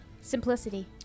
Simplicity